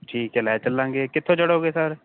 ਠੀਕ ਐ ਲੈ ਚੱਲਾਂਗੇ ਕਿੱਥੋਂ ਚੜੋਗੇ ਸਰ